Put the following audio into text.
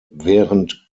während